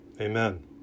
Amen